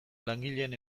langileen